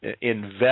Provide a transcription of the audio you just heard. invest